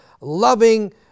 loving